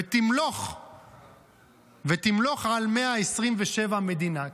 ותמלוך על 127 מדינה.